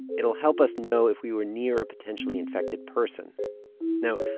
it'll help us know if we were near a potentially infected person now,